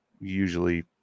usually